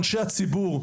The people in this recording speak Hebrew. אנשי הציבור,